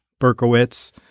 Berkowitz